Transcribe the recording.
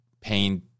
paint